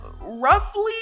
roughly